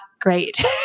great